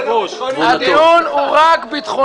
הדיון הוא רק ביטחוני.